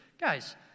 Guys